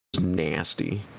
Nasty